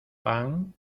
pan